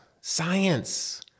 Science